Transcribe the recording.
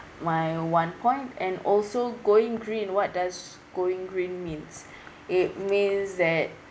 my one point and also going green what does going green means it means that